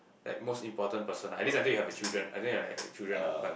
like most important person ah at least until you have a children until you have like children lah but